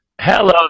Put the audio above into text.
Hello